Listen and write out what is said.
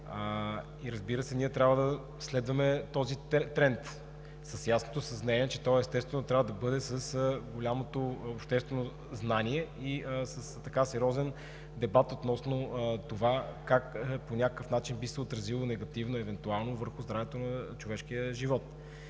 и разбира се, ние трябва да следваме този тренд с ясното съзнание, че той, естествено, трябва да бъде с голямото обществено знание и със сериозен дебат относно това как евентуално по някакъв начин би се отразило негативно върху здравето и човешкия живот.